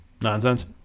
Nonsense